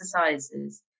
exercises